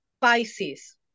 Pisces